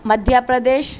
Madhya Pradesh